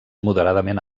moderadament